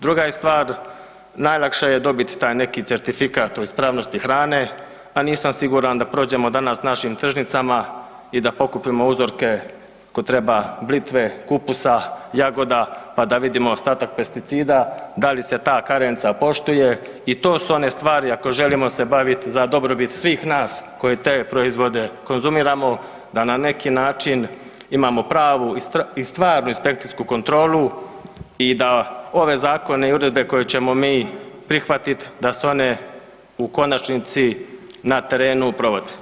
Druga je stvar, najlakše je dobiti taj neki certifikat o ispravnosti hrane, a nisam siguran da prođemo danas našim tržnicama i da pokupimo uzorke ako treba blitve, kupusa, jagoda, pa da vidimo ostatak pesticida da li se ta karenca poštuje i to su one stvari ako želimo se baviti za dobrobit svih nas koji te proizvode konzumiramo da na neki način imamo pravu i stvarnu inspekcijsku kontrolu i da ove zakone i uredbe koje ćemo mi prihvatiti da su one u konačnici na terenu provode.